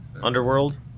underworld